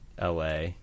LA